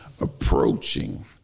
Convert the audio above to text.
approaching